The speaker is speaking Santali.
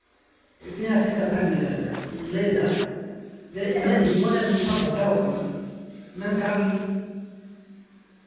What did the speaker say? ᱤᱛᱤᱦᱟᱥᱤᱠ ᱠᱟᱛᱷᱟᱧ ᱞᱟᱹᱭ ᱫᱟ ᱡᱮ ᱤᱧᱟᱹᱜ ᱡᱤᱵᱚᱱ ᱨᱮ ᱱᱚᱝᱠᱟ ᱜᱷᱚᱴᱚᱱᱟ ᱜᱷᱚᱴᱟᱣ ᱠᱟᱱᱟ ᱢᱮᱱᱠᱷᱟᱱ